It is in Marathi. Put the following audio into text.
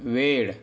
वेळ